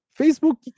Facebook